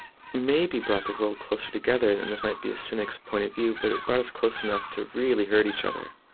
maybe brought the world closer together. this might be a cynic's point of view, but it brought us close enough to really hurt each other